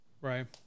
Right